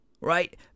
Right